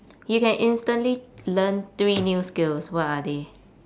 you can instantly learn three new skills what are they